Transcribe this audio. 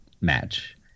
match